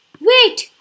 Wait